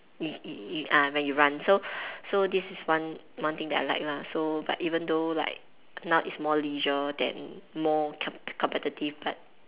it it it ah when you run so so this one one thing that I like lah so but even though like now is more leisure than more compe~ competitive but